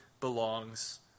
belongs